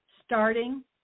starting